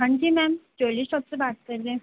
हां जी ma'am jewellery shop से बात कर रहे